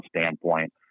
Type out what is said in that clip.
standpoint